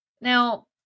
Now